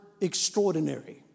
extraordinary